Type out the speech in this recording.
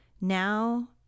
Now